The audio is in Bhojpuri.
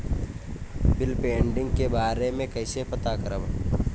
बिल पेंडींग के बारे में कईसे पता करब?